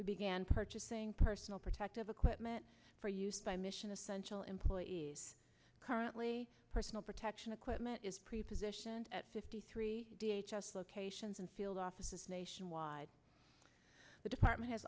began purchasing personal protective equipment for use by mission essential employees currently personal protection equipment is pre positioned at fifty three d h us locations and field offices nationwide the department has